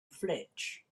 flesh